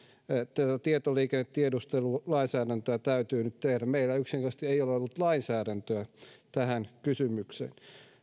tätä tietoliikennetiedustelulainsäädäntöä täytyy nyt tehdä meillä yksinkertaisesti ei ole ollut lainsäädäntöä tähän kysymykseen